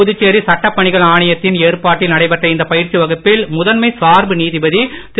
புதுச்சேரி சட்டப்பணிகள் ஆணையத்தின் ஏற்பாட்டில் நடைபெற்ற இந்த பயிற்சி வகுப்பில் முதன்மை சார்பு நீதிபதி திரு